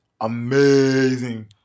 Amazing